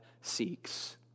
seeks